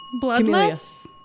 Bloodless